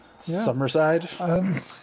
summerside